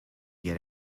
get